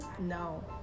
No